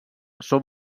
són